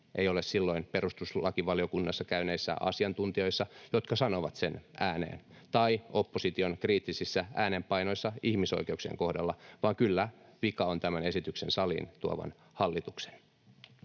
ei ole silloin perustuslakivaliokunnassa käyneissä asiantuntijoissa, jotka sanovat sen ääneen, tai opposition kriittisissä äänenpainoissa ihmisoikeuksien kohdalla, vaan kyllä, vika on tämän esityksen saliin tuovan hallituksen.